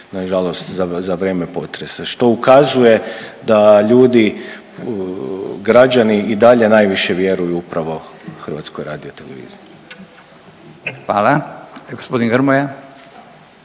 nažalost za vrijeme potresa što ukazuje da ljudi, građani i dalje najviše vjeruju upravo HRT-u. **Radin, Furio (Nezavisni)** Hvala. Gospodin Grmoja.